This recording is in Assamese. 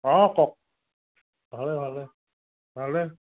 অঁ কওক ভালে ভালে ভালে